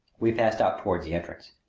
we passed out toward the entrance.